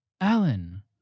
Alan